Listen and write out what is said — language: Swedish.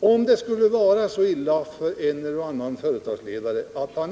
Om en eller annan företagsledare